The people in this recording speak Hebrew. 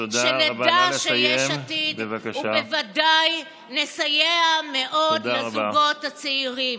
נדע שיש עתיד ובוודאי נסייע מאוד לזוגות הצעירים.